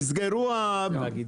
נסגרו -- רגע,